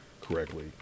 correctly